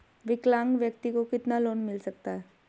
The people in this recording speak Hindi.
विकलांग व्यक्ति को कितना लोंन मिल सकता है?